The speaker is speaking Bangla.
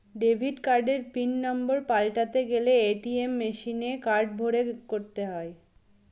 ডেবিট কার্ডের পিন নম্বর পাল্টাতে গেলে এ.টি.এম মেশিনে কার্ড ভোরে করতে হয়